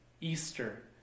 Easter